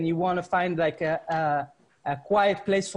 hot sun and you find that lone shade tree.